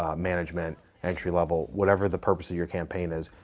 ah management, entry level, whatever the purpose of your campaign is.